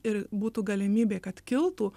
ir būtų galimybė kad kiltų